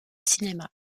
cinéma